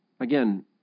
Again